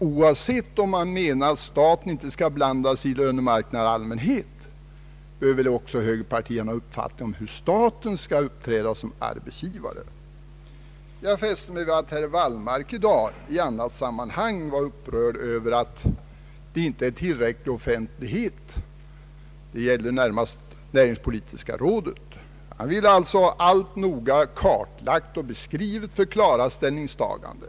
Oavsett om man menar att staten inte skall blanda sig i lönemarknaden i allmänhet, har väl moderata samlingspartiet en uppfattning om hur staten skall uppträda såsom arbetsgivare. Jag fäste mig vid att herr Wallmark i dag i annat sammanhang var upprörd över att det inte rådde tillräcklig offentlighet i fråga om näringspolitiska rådet. Han ville ha allt noga kartlagt och beskrivet samt klara ställningstaganden.